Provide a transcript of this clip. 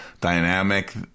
dynamic